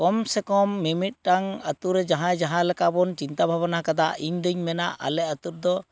ᱠᱚᱢᱥᱮ ᱠᱚᱢ ᱢᱤᱢᱤᱫ ᱴᱟᱝ ᱟᱛᱩᱨᱮ ᱡᱟᱦᱟᱸᱭ ᱡᱟᱦᱟᱸ ᱞᱮᱠᱟ ᱵᱚᱱ ᱪᱤᱱᱛᱟᱹ ᱵᱷᱟᱵᱽᱱᱟ ᱟᱠᱟᱫᱟ ᱤᱧᱫᱚᱧ ᱢᱮᱱᱟ ᱟᱞᱮ ᱟᱛᱩ ᱨᱮᱫᱚ